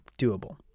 doable